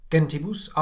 Gentibus